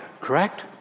Correct